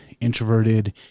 introverted